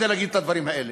להגיד את הדברים האלה?